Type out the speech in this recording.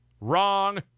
Wrong